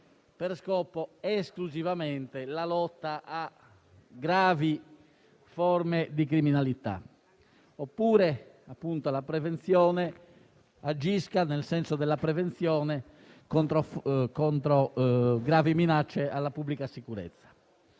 per scopo esclusivamente la lotta a gravi forme di criminalità, oppure la prevenzione deve agire contro gravi minacce alla pubblica sicurezza.